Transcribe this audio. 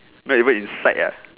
not even inside ah